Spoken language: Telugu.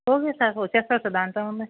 ఓకే సార్ వస్తారు సార్ దాంట్లో ఏముంది